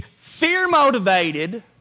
fear-motivated